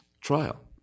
trial